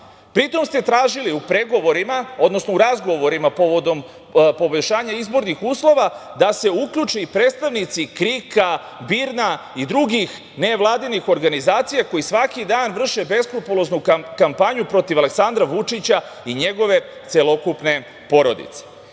Pri tome ste tražili u pregovorima, odnosno u razgovorima povodom poboljšanja izbor uslova da se uključe i predstavnici KRIK-a, BIRN-a i drugih nevladinih organizacija koji svaki dan vrše beskrupuloznu kampanju protiv Aleksandra Vučića i njegove celokupne porodice. Mi